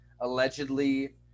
allegedly